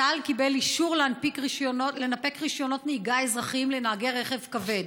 צה"ל קיבל אישור להנפיק רישיונות נהיגה אזרחיים לנהגי רכב כבד.